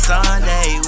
Sunday